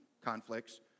conflicts